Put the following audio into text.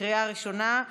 לקריאה ראשונה,